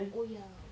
oh ya